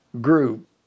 group